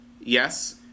Yes